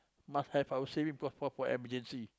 must have our saving for emergency